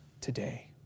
today